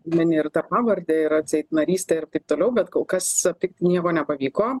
mini ir tą pavardę ir atseit narystę ir taip toliau bet kol kas aptikt nieko nepavyko